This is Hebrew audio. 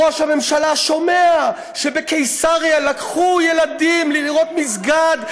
ראש הממשלה שומע שבקיסריה לקחו ילדים לראות מסגד,